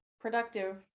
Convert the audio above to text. productive